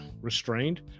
Restrained